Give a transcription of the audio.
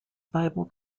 bible